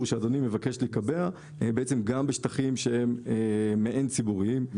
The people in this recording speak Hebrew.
שאדוני מבקש לקבע גם בשטחים מעין ציבוריים מהסוג הזה.